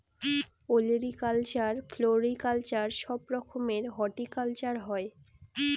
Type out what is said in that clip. olericulture, floriculture সব রকমের horticulture হয়